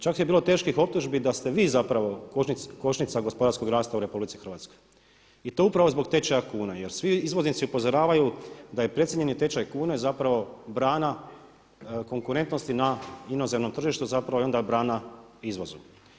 Čak je bilo teških optužbi da ste vi zapravo kočnica gospodarskog rasta u RH i to upravo zbog tečaja kune, jer svi izvoznici upozoravaju da je precijenjeni tečaj kune zapravo brana konkurentnosti na inozemnom tržištu zapravo i onda brana izvozu.